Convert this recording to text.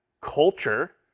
culture